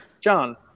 John